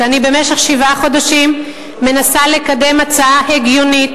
שאני במשך שבעה חודשים מנסה לקדם הצעה הגיונית